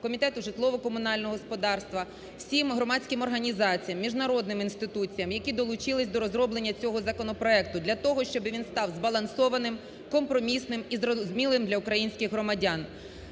Комітету житлово-комунального господарства, всім громадським організаціям, міжнародним інституціям, які долучилися до розроблення цього законопроекту для того, щоб він став збалансованим, компромісним і зрозумілим для українських громадян.